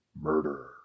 murder